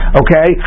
okay